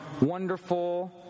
wonderful